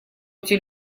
эти